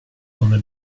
come